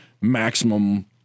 maximum